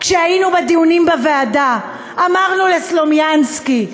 כשהיינו בדיונים בוועדה אמרנו לסלומינסקי: